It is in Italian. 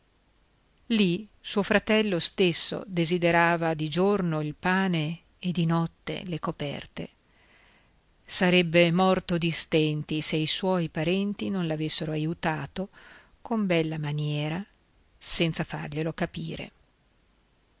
lì suo fratello stesso desiderava di giorno il pane e di notte le coperte sarebbe morto di stenti se i suoi parenti non l'avessero aiutato con bella maniera senza farglielo capire